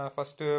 First